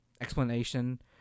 explanation